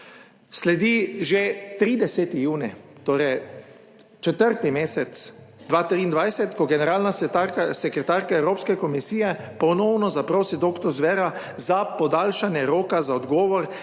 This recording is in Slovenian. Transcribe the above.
Sledi že 30. junij, torej četrti mesec 2023, ko generalna sekretarka Evropske komisije ponovno zaprosi doktor Zvera za podaljšanje roka za odgovor,